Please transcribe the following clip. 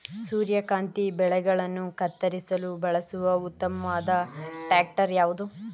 ಸೂರ್ಯಕಾಂತಿ ಬೆಳೆಗಳನ್ನು ಕತ್ತರಿಸಲು ಬಳಸುವ ಉತ್ತಮವಾದ ಟ್ರಾಕ್ಟರ್ ಯಾವುದು?